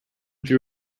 threw